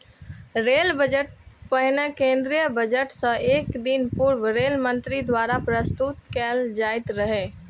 rail budget पहिने केंद्रीय budget सं एक दिन पूर्व रेल मंत्री द्वारा प्रस्तुत कैल जाइत रहै